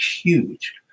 huge